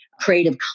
Creative